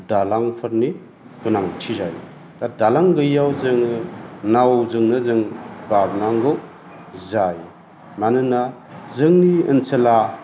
दालांफोरनि गोनांथि जायो दा दालां गोयैयाव जोङो नावजोंनो जों बारनांगौ जायो मानोना जोंनि ओनसोला